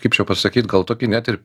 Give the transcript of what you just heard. kaip čia pasakyt gal tokį net ir